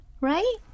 right